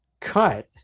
cut